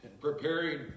preparing